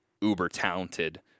uber-talented